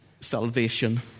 salvation